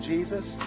Jesus